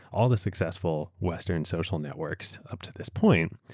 all the successful western social networks up to this point,